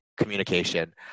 communication